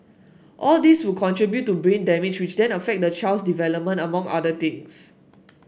all these would contribute to brain damage which then affect the child's development among other things